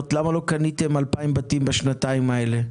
למה לא קניתם 2,000 בתים בשנתיים האלה,